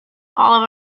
all